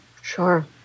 Sure